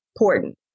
important